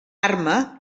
arma